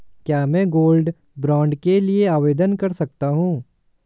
क्या मैं gold bond के लिए आवेदन कर सकता हूं?